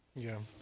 yeah.